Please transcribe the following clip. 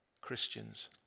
Christians